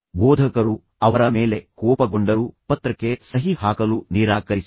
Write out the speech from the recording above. ಬೋಧಕರು ಅವರ ಮೇಲೆ ಕೋಪಗೊಂಡರು ಪತ್ರಕ್ಕೆ ಸಹಿ ಹಾಕಲು ನಿರಾಕರಿಸಿದರು